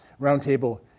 Roundtable